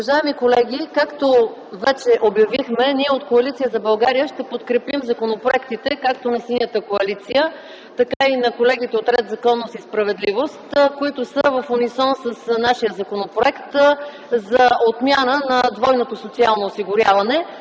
Уважаеми колеги, както вече обявихме, ние от Коалиция за България ще подкрепим законопроектите както на Синята коалиция, така и на колегите от „Ред, законност и справедливост”, които са в унисон с нашия законопроект за отмяна на двойното социално осигуряване.